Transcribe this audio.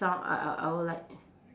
sound I I I will like